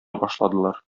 башладылар